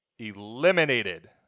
Eliminated